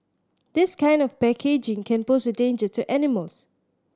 this kind of packaging can pose a danger to animals